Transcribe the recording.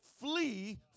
flee